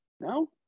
No